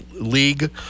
League